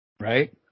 right